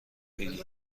بگی